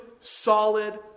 solid